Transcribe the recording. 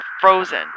frozen